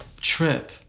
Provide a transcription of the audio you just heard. trip